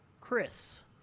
Chris